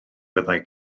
fyddai